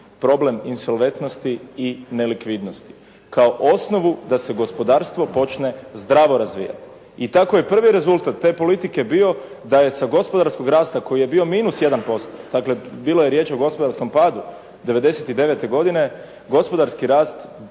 problem insolventnosti i nelikvidnosti kao osnovu da se gospodarstvo počne zdravo razvijati. I tako je prvi rezultat te politike bio da je sa gospodarskog rasta koji je bi -1% dakle bilo je riječ o gospodarskom padu '99. godine, gospodarski rast